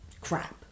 crap